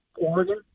Oregon